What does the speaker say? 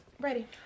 Ready